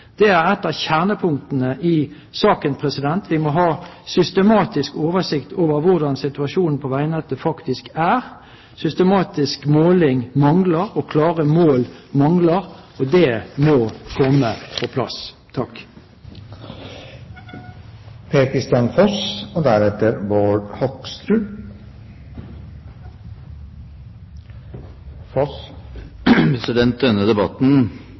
Det er et av kjernepunktene i saken. Vi må ha systematisk oversikt over hvordan situasjonen på veinettet faktisk er. Systematisk måling mangler, og klare mål mangler. Det må komme på plass. Denne debatten